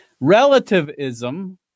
relativism